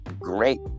Great